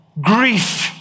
grief